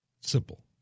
Simple